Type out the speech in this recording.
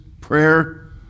prayer